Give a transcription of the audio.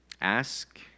Ask